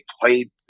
played